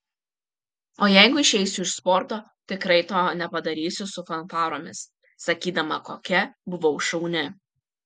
o jeigu išeisiu iš sporto tikrai to nepadarysiu su fanfaromis sakydama kokia buvau šauni